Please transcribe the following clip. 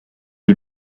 who